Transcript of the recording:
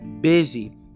busy